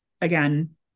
again